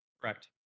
Correct